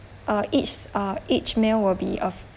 uh east uh each meal will be uh